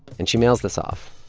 and she mails this off.